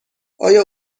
آیا